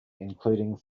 including